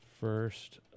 first